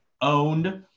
owned